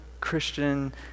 Christian